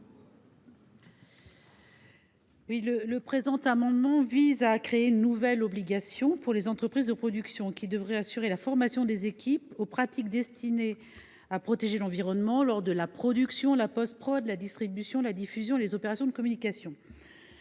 Le présent amendement vise à créer une nouvelle obligation pour les entreprises de production. Celles ci devraient en effet assurer la formation des équipes aux pratiques destinées à protéger l’environnement lors de la production, de la post production, de la distribution, de la diffusion et des opérations de communication.